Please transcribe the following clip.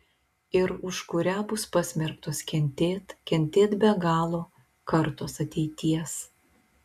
ir už kurią bus pasmerktos kentėt kentėt be galo kartos ateities